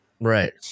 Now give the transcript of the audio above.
Right